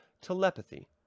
telepathy